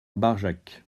barjac